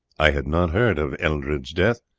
i had not heard of eldred's death,